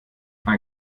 ein